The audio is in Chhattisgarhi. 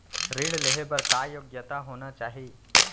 ऋण लेहे बर का योग्यता होना चाही?